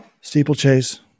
steeplechase